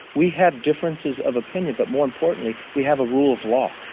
we have differences of opinion. but more importantly, we have a rule of law.